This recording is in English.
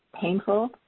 painful